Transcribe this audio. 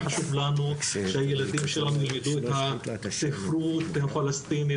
וחשוב לנו שהילדים שלנו ילמדו את הספרות הפלסטינית,